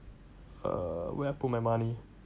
err where I put my money